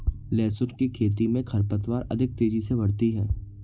लहसुन की खेती मे खरपतवार अधिक तेजी से बढ़ती है